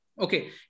okay